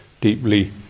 deeply